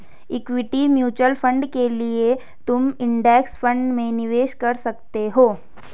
equity mutual fund के लिए तुम इंडेक्स फंड में निवेश कर सकते हो